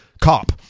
cop